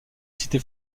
cité